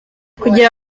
kugira